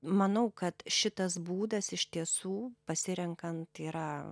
manau kad šitas būdas iš tiesų pasirenkant yra